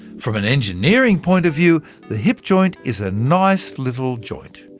from an engineering point of view, the hip joint is a nice little joint.